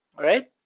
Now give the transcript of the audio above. alright?